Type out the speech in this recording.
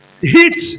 heat